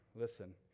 Listen